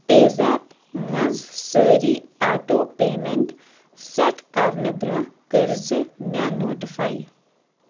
پے زیپ منٛز سٲری auto payment set کرنہٕ برٛونٛہہ کٔرزِ مےٚ نوٹفای